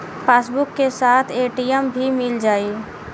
Passbook के साथ ATM भी मील जाई?